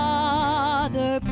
Father